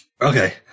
Okay